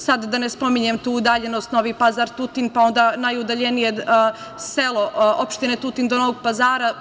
Sad da ne spominjem tu udaljenost Novi Pazar – Tutin, pa onda najudaljenije selo, opštine Tutin do Novog Pazara.